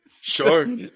Sure